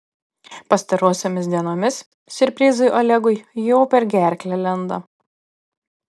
pastarosiomis dienomis siurprizai olegui jau per gerklę lenda